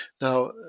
Now